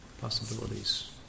possibilities